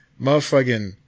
Motherfucking